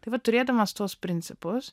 tai va turėdamas tuos principus